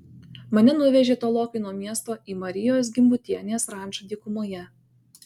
mane nuvežė tolokai nuo miesto į marijos gimbutienės rančą dykumoje